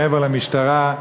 מעבר למשטרה,